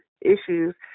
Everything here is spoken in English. issues